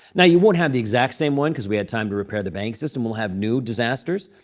now, you won't have the exact same one because we had time to repair the bank system. we'll have new disasters.